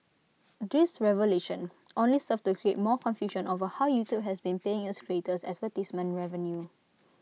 this revelation only served to create more confusion over how YouTube has been paying its creators advertisement revenue